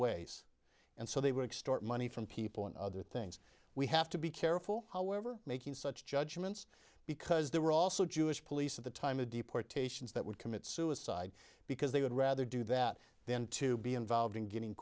ways and so they were extort money from people in other things we have to be careful however making such judgments because there were also jewish police at the time of deportations that would commit suicide because they would rather do that then to be involved in g